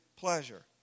pleasure